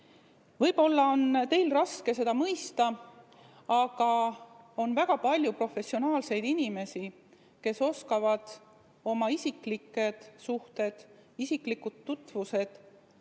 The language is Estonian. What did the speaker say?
Võib-olla on teil raske seda mõista, aga on väga palju professionaalseid inimesi, kes oskavad oma isiklikud suhted, isiklikud tutvused,